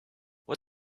what